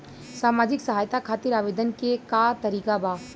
सामाजिक सहायता खातिर आवेदन के का तरीका बा?